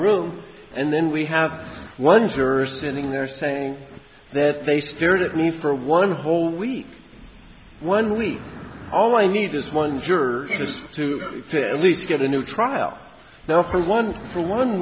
room and then we have one juror standing there saying that they stared at me for one whole week one week all i need is one juror in this to to at least get a new trial no for one for one